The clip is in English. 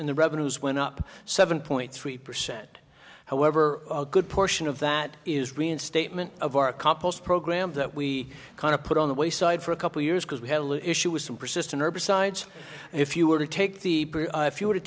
in the revenues went up seven point three percent however a good portion of that is reinstatement of our compost program that we kind of put on the wayside for a couple years because we had issues to persist in herbicides and if you were to take the if you were to